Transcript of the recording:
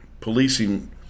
policing